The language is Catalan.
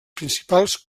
principals